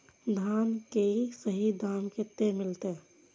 धान की सही दाम कते मिलते?